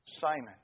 Simon